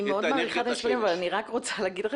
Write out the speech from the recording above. אני מאוד מעריכה אבל אני רוצה לומר לכם